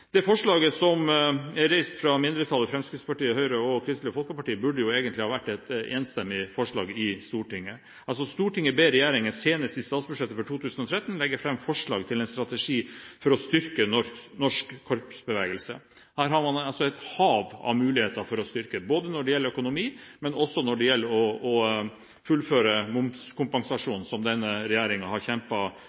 Det forslaget som er fremmet fra mindretallet – Fremskrittspartiet, Høyre og Kristelig Folkeparti – burde egentlig ha vært et enstemmig forslag i Stortinget. Det lyder: «Stortinget ber regjeringen, senest i statsbudsjettet for 2013, legge frem forslag til en strategi for å styrke norsk korpsbevegelse.» Her har man et hav av muligheter til å styrke korpsbevegelsen, både når det gjelder økonomi, og når det gjelder å fullføre momskompensasjonen, som denne regjeringen har